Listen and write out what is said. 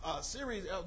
series